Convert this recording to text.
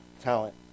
talent